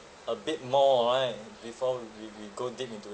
a bit more right before we we we go deep into